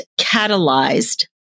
catalyzed